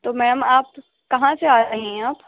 تو میم آپ کہاں سے آ رہی ہیں آپ